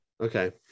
okay